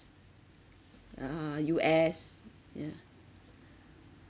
uh U_S yeah